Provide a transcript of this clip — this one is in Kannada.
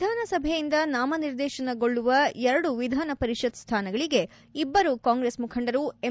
ವಿಧಾನಸಭೆಯಿಂದ ನಾಮನಿರ್ದೇಶನಗೊಳ್ಳುವ ಎರಡು ವಿಧಾನ ಪರಿಷತ್ ಸ್ಥಾನಗಳಿಗೆ ಇಬ್ಬರು ಕಾಂಗ್ರೆಸ್ ಮುಖಂಡರು ಎಂ